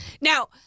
Now